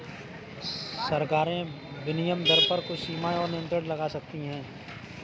सरकारें विनिमय दर पर कुछ सीमाएँ और नियंत्रण लगा सकती हैं